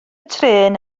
trên